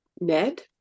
Ned